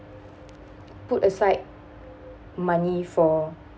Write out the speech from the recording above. put aside money for